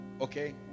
Okay